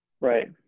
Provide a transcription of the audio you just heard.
Right